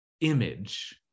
image